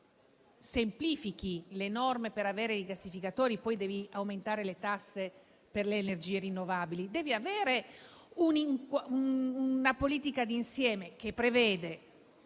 si semplificano le norme per avere i rigassificatori, poi bisogna aumentare le tasse per le energie rinnovabili. Bisogna avere una politica d'insieme, che preveda